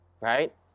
Right